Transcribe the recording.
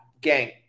Gang